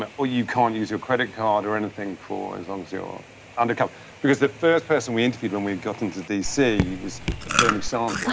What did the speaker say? but or you can't use your credit card or anything for as long as you're undercover because the first person we interviewed when we got into d c. was bernie sanders.